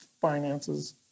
finances